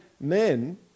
men